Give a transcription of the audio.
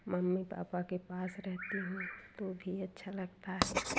mummy papa के पास रहती हूँ तो भी अच्छा लगता है